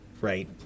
right